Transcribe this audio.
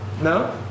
No